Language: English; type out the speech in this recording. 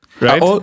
Right